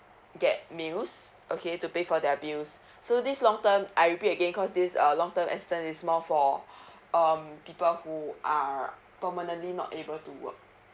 get meals okay to pay for their meals so this long term I repeat again cause this uh long term assistance is more for um people who are permanently not able to work